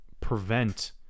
prevent